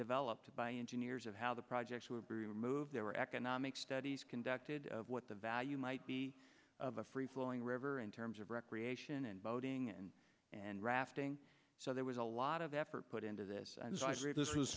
developed by engineers of how the projects were being moved there were economic studies conducted of what the value might be of a free flowing river in terms of recreation and boating and rafting so there was a lot of effort put into this and this was